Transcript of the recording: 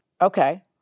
Okay